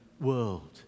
world